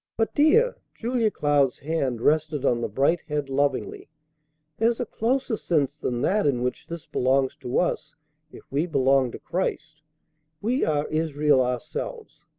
but, dear, julia cloud's hand rested on the bright head lovingly there's a closer sense than that in which this belongs to us if we belong to christ we are israel ourselves.